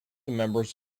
members